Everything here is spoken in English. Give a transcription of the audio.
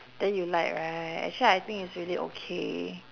then you like right actually I think it's really okay